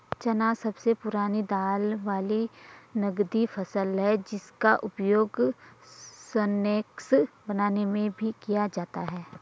चना सबसे पुरानी दाल वाली नगदी फसल है जिसका उपयोग स्नैक्स बनाने में भी किया जाता है